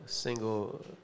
single